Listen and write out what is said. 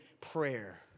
prayer